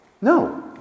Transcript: no